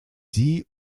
sie